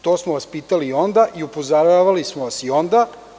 To smo vas pitali i onda i upozoravali vas i onda.